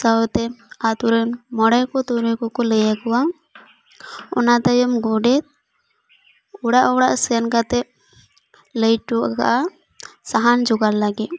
ᱥᱟᱶᱛᱮ ᱟᱹᱛᱩ ᱨᱮᱱ ᱢᱚᱬᱮ ᱠᱚ ᱛᱩᱨᱩᱭ ᱠᱚ ᱠᱚ ᱞᱟᱹᱭᱟᱠᱚᱣᱟ ᱚᱱᱟ ᱛᱟᱭᱚᱢ ᱜᱚᱰᱮᱛ ᱚᱲᱟᱜ ᱚᱲᱟᱜ ᱥᱮᱱ ᱠᱟᱛᱮᱫ ᱞᱟᱹᱭᱚᱴᱚ ᱠᱟᱜᱼᱟ ᱥᱟᱦᱟᱱ ᱡᱚᱜᱟᱲ ᱞᱟᱹᱜᱤᱫ